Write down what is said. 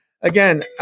again